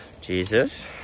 Jesus